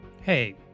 Hey